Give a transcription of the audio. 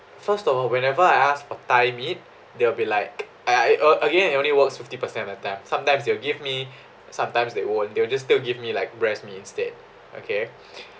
first of all whenever I ask for thigh meat they'll be like I I o~ again it only works fifty percent of the time sometimes they'll give me sometimes they won't they'll just still give me like breast meat instead okay